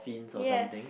yes